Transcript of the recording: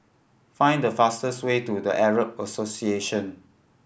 find the fastest way to The Arab Association